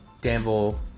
Danville